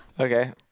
Okay